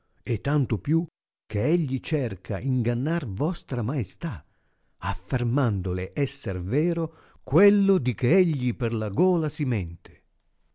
e tanto più che egli cerca ingannare vostra maestà aff'ermandole esser vero quello di che egli per la gola si mente